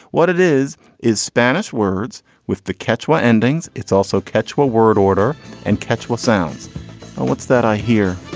what it is is spanish words with the catch. what endings? it's also catch what word order and catch what sounds and what's that i hear?